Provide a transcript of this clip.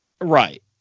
Right